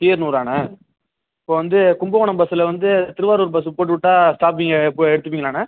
கீரனூராண்ண இப்போது வந்து கும்பகோணம் பஸ்ஸில் வந்து திருவாரூர் பஸ்ஸு போட்டுவிட்டா ஸ்டாப்பிங்கே போய் எடுத்துப்பிங்களாண்ணா